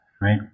right